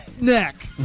neck